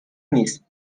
نیست